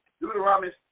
Deuteronomy